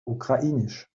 ukrainisch